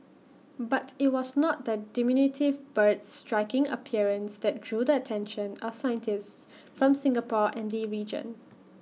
but IT was not the diminutive bird's striking appearance that drew the attention of scientists from Singapore and the region